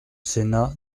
sénat